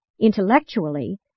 Intellectually